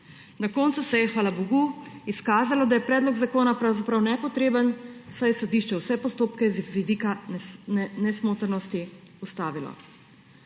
Na koncu se je hvala bogu izkazalo, da je predlog zakona pravzaprav nepotreben, saj je sodišče vse postopke z vidika nesmotrnosti ustavilo.